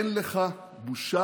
אין לך בושה,